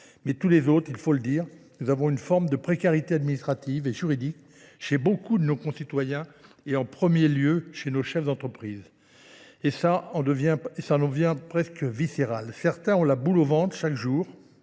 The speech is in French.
Mais tous les autres, il faut le dire, nous avons une forme de précarité administrative et juridique chez beaucoup de nos concitoyens et en premier lieu chez nos chefs d'entreprise. Et ça en devient presque viscéral. Certains ont la boule au ventre chaque jour